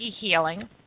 healing